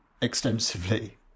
Extensively